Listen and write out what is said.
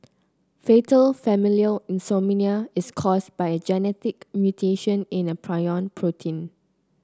fatal familial insomnia is caused by a genetic mutation in a prion protein